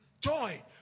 joy